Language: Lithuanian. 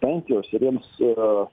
pensijos ir jiems ir